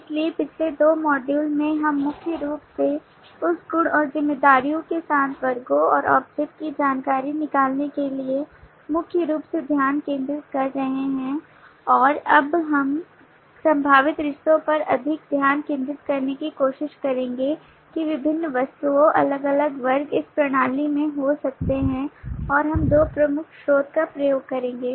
इसलिए पिछले दो मॉड्यूल में हम मुख्य रूप से उस गुण और जिम्मेदारियों के साथ वर्गों और ऑब्जेक्ट की जानकारी निकालने के लिए मुख्य रूप से ध्यान केंद्रित कर रहे हैं और अब हम संभावित रिश्तों पर अधिक ध्यान केंद्रित करने की कोशिश करेंगे कि विभिन्न वस्तुओं अलग अलग वर्ग इस प्रणाली में हो सकते हैं और हम दो प्रमुख स्रोत का उपयोग करेंगे